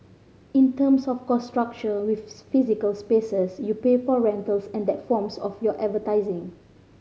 in terms of cost structure with physical spaces you pay for rentals and that forms of your advertising